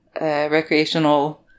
recreational